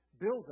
build